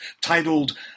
titled